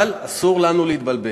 אבל אסור לנו להתבלבל.